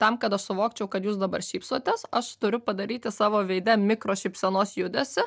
tam kad aš suvokčiau kad jūs dabar šypsotės aš turiu padaryti savo veide mikrošypsenos judesį